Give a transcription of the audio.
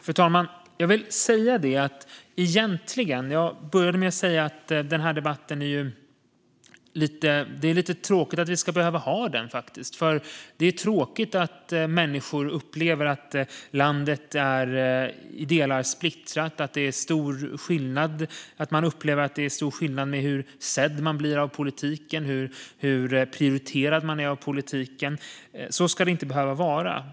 Fru talman! Jag började med att säga att det är lite tråkigt att vi ska behöva ha den här debatten. Det är tråkigt att människor upplever att landet i delar är splittrat och att det är stor skillnad när det gäller hur sedd man blir av politiken och hur prioriterad man är av politiken. Så ska det inte behöva vara.